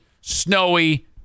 snowy